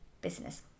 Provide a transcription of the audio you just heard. business